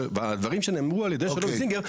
הדברים שנאמרו על ידי שלמה זינגר,